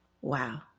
Wow